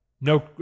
No